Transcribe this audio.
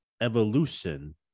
evolution